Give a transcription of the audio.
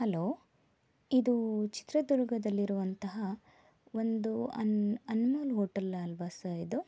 hello ಇದು ಚಿತ್ರದುರ್ಗದಲ್ಲಿರುವಂತಹ ಒಂದು ಅನ್ಮುಲ್ ಹೋಟೆಲ್ ಅಲ್ವ ಸರ್ ಇದು